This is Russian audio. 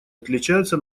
отличаются